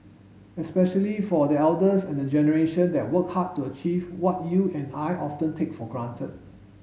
especially for the elders and the generation that worked hard to achieve what you and I often take for granted